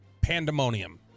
pandemonium